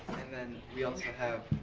and then we also have